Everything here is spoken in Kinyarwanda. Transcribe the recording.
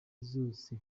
zose